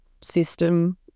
system